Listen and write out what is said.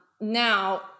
Now